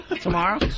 tomorrow